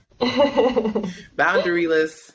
boundaryless